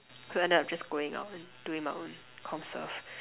so ended up just going out and doing my own comm serve